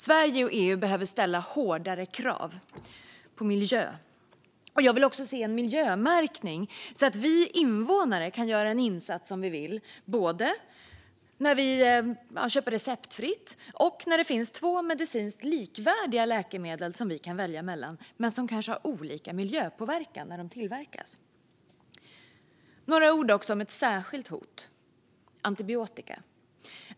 Sverige och EU behöver ställa hårdare miljökrav, och jag vill också se en miljömärkning så att vi invånare, om vi vill, kan göra en insats både när vi köper receptfritt och när det finns två medicinskt likvärdiga läkemedel att välja mellan som kanske har olika miljöpåverkan när de tillverkas. Jag vill också säga några ord om ett särskilt hot, nämligen antibiotika.